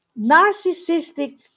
narcissistic